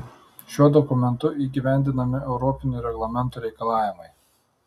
šiuo dokumentu įgyvendinami europinių reglamentų reikalavimai